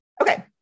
okay